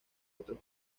otros